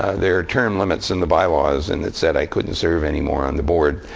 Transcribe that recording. ah there are term limits in the bylaws. and it said i couldn't serve anymore on the board.